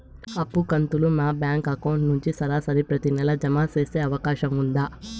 అప్పు కంతులు మా బ్యాంకు అకౌంట్ నుంచి సరాసరి ప్రతి నెల జామ సేసే అవకాశం ఉందా?